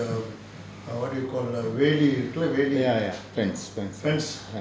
fence